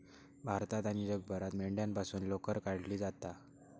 भारतात आणि जगभरात मेंढ्यांपासून लोकर काढली जाता